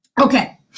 okay